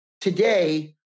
today